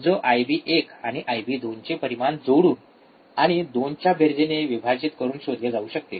जे आयबी १ आणि आयबी २ चे परिमाण जोडून आणि 2 च्या बेरजेने विभाजित करून शोधले जाऊ शकते